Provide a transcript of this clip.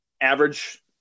average